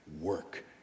work